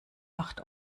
acht